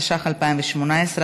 התשע"ח 2018,